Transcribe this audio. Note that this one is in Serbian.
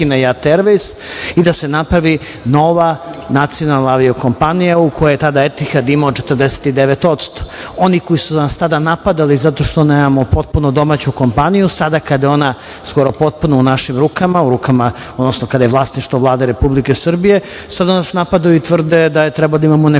i da se napravi nova nacionalna avio kompanija u kojoj je tada Etihad imao 49%.Oni koji su nas tada napadali zato što nemamo potpuno domaću kompaniju sada kada je ona skoro potpuno u našim rukama, kada je vlasništvo Vlade Republike Srbije, sada nas napadaju i tvrde da treba da imamo nekog